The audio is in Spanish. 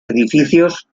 edificios